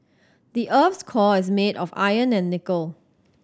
the earth's core is made of iron and nickel